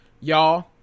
Y'all